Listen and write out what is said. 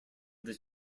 that